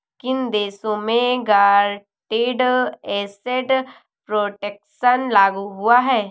किन देशों में गारंटीड एसेट प्रोटेक्शन लागू हुआ है?